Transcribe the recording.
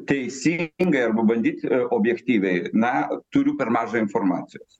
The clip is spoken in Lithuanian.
teisingai arba bandyt objektyviai na turiu per maža informacijos